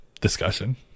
discussion